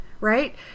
right